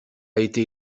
été